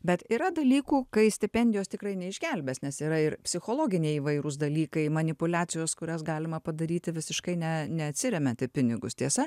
bet yra dalykų kai stipendijos tikrai neišgelbės nes yra ir psichologiniai įvairūs dalykai manipuliacijos kurias galima padaryti visiškai ne neatsiremiant į pinigus tiesa